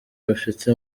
bafite